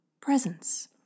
presence